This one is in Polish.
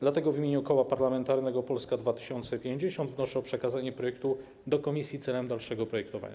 Dlatego w imieniu Koła Parlamentarnego Polska 2050 wnoszę o przekazanie projektu do komisji w celu dalszych prac.